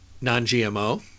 Non-GMO